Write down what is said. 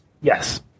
Yes